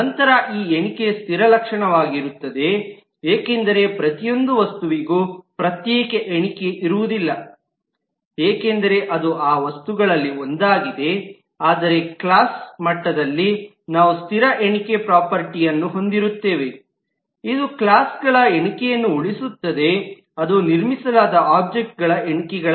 ನಂತರ ಈ ಎಣಿಕೆ ಸ್ಥಿರ ಲಕ್ಷಣವಾಗಿರುತ್ತದೆ ಏಕೆಂದರೆ ಪ್ರತಿಯೊಂದು ವಸ್ತುವೂ ಪ್ರತ್ಯೇಕ ಎಣಿಕೆ ಇರುವುದಿಲ್ಲ ಏಕೆಂದರೆ ಅದು ಆ ವಸ್ತುಗಳಲ್ಲಿ ಒಂದಾಗಿದೆ ಆದರೆ ಕ್ಲಾಸ್ ಮಟ್ಟದಲ್ಲಿ ನಾವು ಸ್ಥಿರ ಎಣಿಕೆ ಆಸ್ತಿಯನ್ನು ಹೊಂದಿರುತ್ತದೆ ಅದು ಕ್ಲಾಸ್ಗಳ ಸಂಖ್ಯೆಯನ್ನು ಎಣಿಸುತ್ತದೆ ನಿರ್ಮಿಸಲಾದ ವಸ್ತುಗಳ ಎಣಿಕೆಗಳು